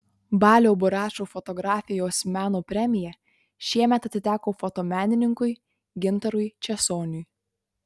balio buračo fotografijos meno premija šiemet atiteko fotomenininkui gintarui česoniui